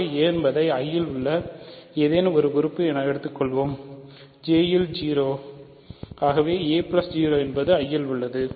ஆகவே a என்பதை I இல் உள்ள ஏதேனும் ஒரு உறுப்பு என எடுத்துக்கொள்வோம் J இல் 0 a 0 என்பது I இல் உள்ளது